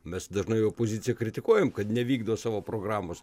mes dažnai opozicija kritikuojam kad nevykdo savo programos